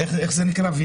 איך זה נקרא?